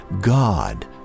God